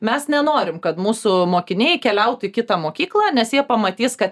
mes nenorim kad mūsų mokiniai keliautų į kitą mokyklą nes jie pamatys kad